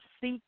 seek